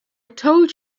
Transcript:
told